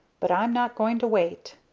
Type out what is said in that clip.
but i'm not going to wait!